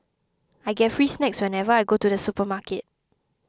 I get free snacks whenever I go to the supermarket